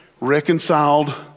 Reconciled